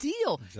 deal